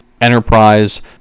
enterprise